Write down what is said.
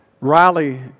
Riley